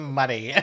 money